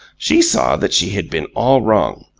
she saw that she had been all wrong.